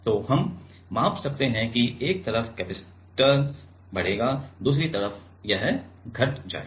तो हम माप सकते हैं कि एक तरफ कैपेसिटेंस बढ़ेगा दूसरी तरफ यह घट जाएगा